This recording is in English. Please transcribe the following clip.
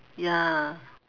ya